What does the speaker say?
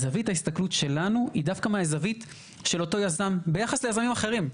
זווית ההסתכלות שלנו היא דווקא מהזווית של אותו יזם ביחס ליזמים אחרים.